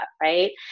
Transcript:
right